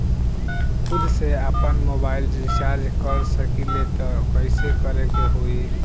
खुद से आपनमोबाइल रीचार्ज कर सकिले त कइसे करे के होई?